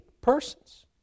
persons